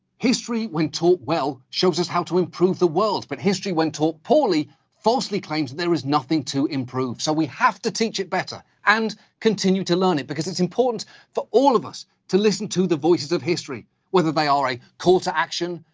history, when taught well, shows us how to improve the world. but history when taught poorly falsely claims there is nothing to improve, so we have to teach it better and continue to learn it because it's important for all of us to listen to the voices of history whether they are a call to action,